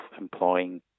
employing